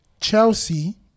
Chelsea